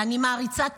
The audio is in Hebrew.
ואני מעריצה את